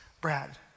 Brad